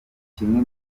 kimwe